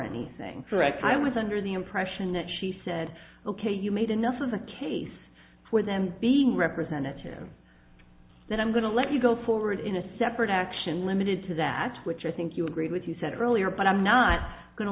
anything direct i was under the impression that she said ok you made enough of a case for them being representatives then i'm going to let you go forward in a separate action limited to that which i think you agreed with you said earlier but i'm not go